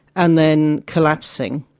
and then collapsing